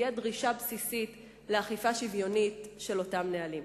ותהיה דרישה בסיסית לאכיפה שוויונית של אותם נהלים.